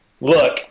Look